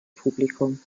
publikum